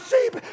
sheep